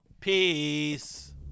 Peace